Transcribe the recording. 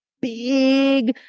big